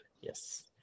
yes